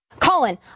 Colin